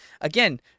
again